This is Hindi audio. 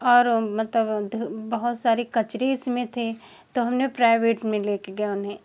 और मतलब धू बहुत सारे कचरे इसमें थे तो हमने प्राइवेट में ले के गया उन्हें